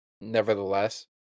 nevertheless